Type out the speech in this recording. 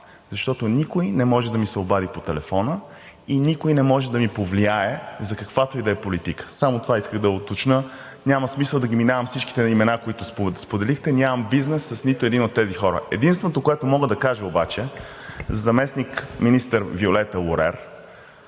Защото никой не може да ми се обади по телефона и никой не може да ми повлияе за каквато и да е политика. Само това исках да уточня. Няма смисъл да минавам всичките имена, които споделихте. Нямам бизнес с нито един от тези хора. Единственото, което мога да кажа обаче за заместник-министър Виолета Лорер